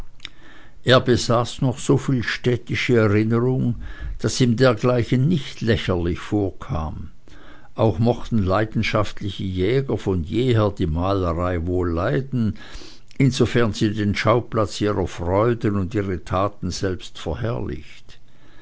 er besaß noch so viel städtische erinnerung daß ihm dergleichen nicht lächerlich vorkam auch mochten leidenschaftliche jäger von jeher die malerei wohl leiden insofern sie den schauplatz ihrer freuden und ihre taten selbst verherrlicht